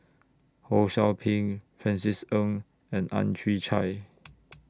Ho SOU Ping Francis Ng and Ang Chwee Chai